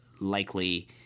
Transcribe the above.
likely